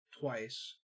twice